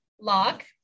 lock